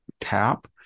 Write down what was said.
tap